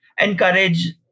encourage